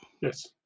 yes